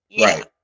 Right